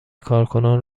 کارکنان